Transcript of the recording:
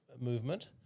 movement